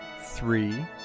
three